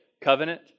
Covenant